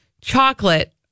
Chocolate